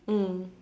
mm